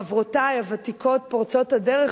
חברותי הוותיקות פורצות הדרך,